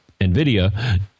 NVIDIA